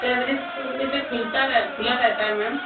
कै बजे से कै बजे तक खुलता खुला रहता है मैम